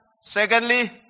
Secondly